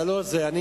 בכל מקרה,